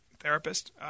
therapist